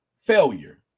failure